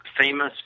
famous